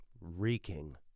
reeking